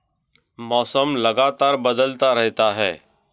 मौसम लगातार बदलता रहता है